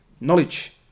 knowledge